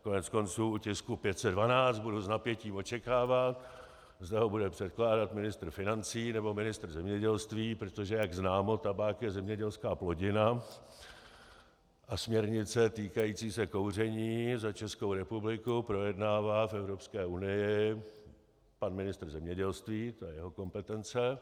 Koneckonců u tisku 512 budu s napětím očekávat, zda ho bude předkládat ministr financí, nebo ministr zemědělství, protože jak známo, tabák je zemědělská plodina a směrnice týkající se kouření za Českou republiku projednává v Evropské unii pan ministr zemědělství, to je jeho kompetence.